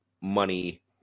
money